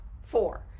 four